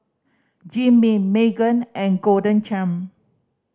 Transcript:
Jim Beam Megan and Golden Churn